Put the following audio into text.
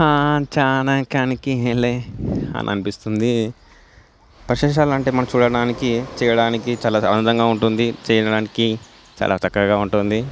ఆ చాలా కనిఖీయలే అని అనిపిస్తుంది పషేషాలు అంటే మనం చూడడానికి చేయడానికి చాలా ఆనందంగా ఉంటుంది చేయడానికి చాలా చక్కగా ఉంటుంది